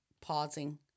pausing